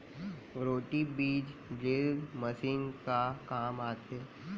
Roto बीज drill machine का काम आथे?